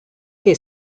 che